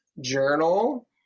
journal